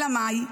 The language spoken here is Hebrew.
אלא מאי?